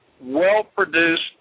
well-produced